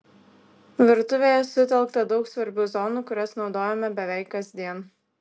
virtuvėje sutelkta daug svarbių zonų kurias naudojame beveik kasdien